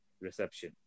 reception